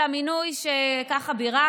על המינוי שבירכת,